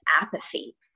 apathy